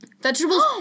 Vegetables